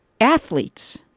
athletes